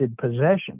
possession